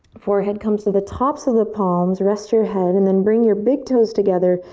forehead comes to the tops of the palms. rest your head and then bring your big toes together.